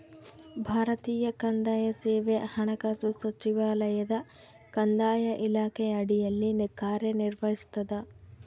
ಭಾರತೀಯ ಕಂದಾಯ ಸೇವೆ ಹಣಕಾಸು ಸಚಿವಾಲಯದ ಕಂದಾಯ ಇಲಾಖೆಯ ಅಡಿಯಲ್ಲಿ ಕಾರ್ಯನಿರ್ವಹಿಸ್ತದ